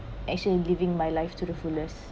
actually living my life to the fullest